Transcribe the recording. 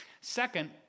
Second